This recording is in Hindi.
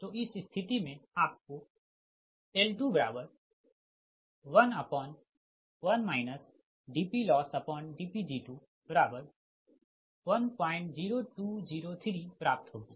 तो इस स्थिति में आपको L211 dPLossdPg210203 प्राप्त होगी